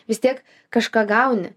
vis tiek kažką gauni